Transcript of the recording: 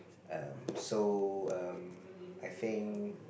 um so um I think